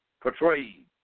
portrayed